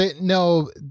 no